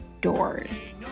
doors